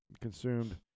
consumed